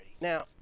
Now